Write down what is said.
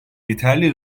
yeterli